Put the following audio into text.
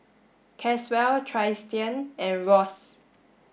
Caswell Tristian and Ross